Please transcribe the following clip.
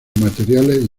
materiales